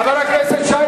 חבר הכנסת שי,